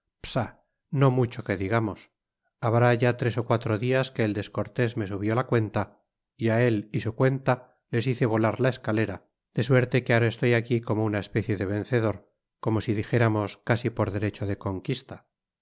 no mucho que digamos habrá ya tres ó cuatro dias que el descortés me subió la cuenta y á él y su cuenta les hice volar la escalera de suerte que ahora estoy aqui como una especie de vencedor como si dijéramos casi por derecho de conquista